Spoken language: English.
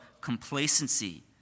complacency